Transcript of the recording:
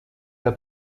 der